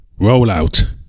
rollout